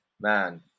man